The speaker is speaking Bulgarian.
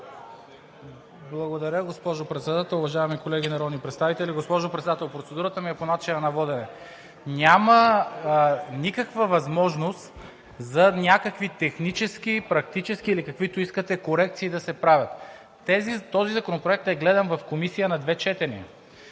Благодаря, госпожо Председател. Уважаеми колеги народни представители! Госпожо Председател, процедурата ми е по начина на водене. Няма никаква възможност за някакви технически, практически или каквито искате корекции да се правят. Този законопроект е гледан в Комисията на две четения.